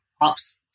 ops